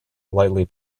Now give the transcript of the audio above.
lightly